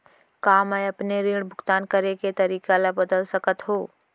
का मैं अपने ऋण भुगतान करे के तारीक ल बदल सकत हो?